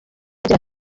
agira